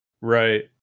Right